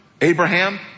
Abraham